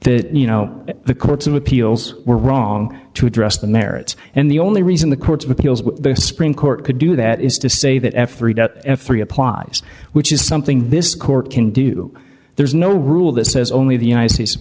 the you know the courts of appeals were wrong to address the merits and the only reason the court of appeals the spring court could do that is to say that f three f three apply which is something this court can do there's no rule that says only the united states